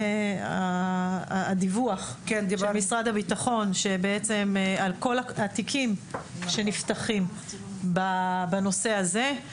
הדיווח של משרד הביטחון על כל התיקים שנפתחים בנושא הזה.